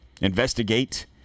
investigate